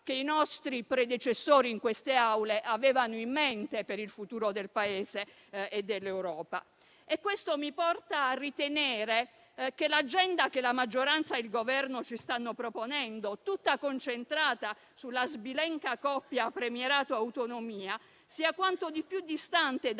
che i nostri predecessori in queste Aule avevano in mente per il futuro del Paese e dell'Europa. Questo mi porta a ritenere che l'agenda che la maggioranza e il Governo ci stanno proponendo, tutta concentrata sulla sbilenca coppia premierato-autonomia, sia quanto di più distante